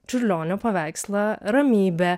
čiurlionio paveikslą ramybė